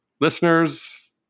listeners